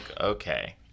okay